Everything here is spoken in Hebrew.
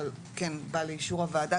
אבל כן בא לאישור הוועדה,